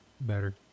better